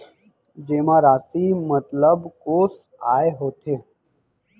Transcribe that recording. जेमा राशि मतलब कोस आय होथे?